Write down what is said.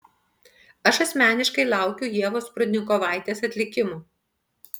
aš asmeniškai laukiu ievos prudnikovaitės atlikimo